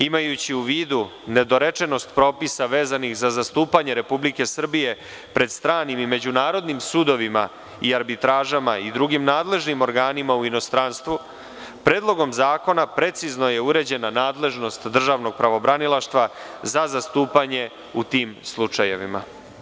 Imajući u vidu nedorečenost propisa vezanih za zastupanje Republike Srbije pred stranim i međunarodnim sudovima i arbitražama i drugim nadležnim organima u inostranstvu, Predlogom zakona precizno je uređena nadležnost državnog pravobranilaštva za zastupanje u tim slučajevima.